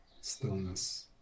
Stillness